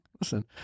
Listen